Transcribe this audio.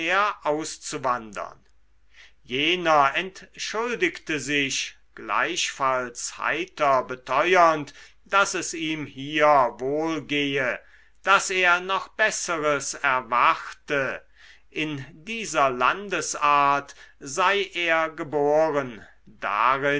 auszuwandern jener entschuldigte sich gleichfalls heiter beteuernd daß es ihm hier wohl gehe daß er noch besseres erwarte in dieser landesart sei er geboren